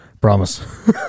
promise